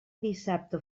dissabte